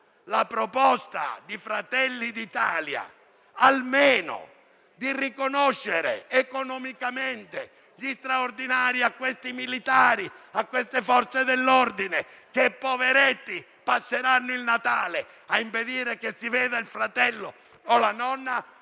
la proposta di Fratelli d'Italia almeno di riconoscere economicamente gli straordinari ai militari, alle Forze dell'ordine che, poveretti, passeranno il Natale a impedire che si veda il fratello o la nonna,